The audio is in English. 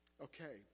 Okay